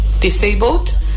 disabled